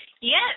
Yes